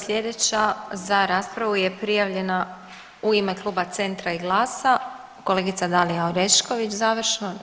Sljedeća za raspravu je prijavljena u ime kluba Centra i GLAS-a kolegica Dalija Orešković završno.